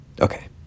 Okay